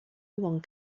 one